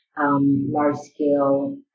large-scale